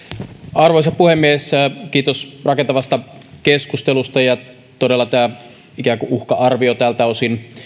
arvoisa puhemies kiitos rakentavasta keskustelusta todella tämä ikään kuin uhka arvio tältä osin